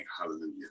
Hallelujah